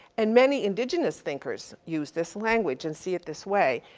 and many indigenous thinkers use this language and see it this way.